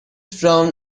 frown